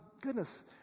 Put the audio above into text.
goodness